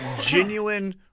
genuine